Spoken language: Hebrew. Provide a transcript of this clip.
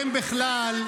אתם בכלל,